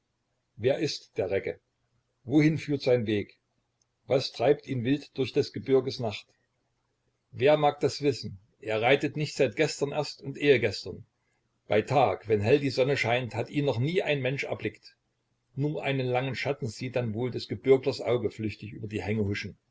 wer ist der recke wohin führt sein weg was treibt ihn wild durch des gebirges nacht wer mag das wissen er reitet nicht seit gestern erst und ehegestern bei tag wenn hell die sonne scheint hat ihn noch nie ein mensch erblickt nur einen langen schatten sieht dann wohl des gebirglers auge flüchtig über die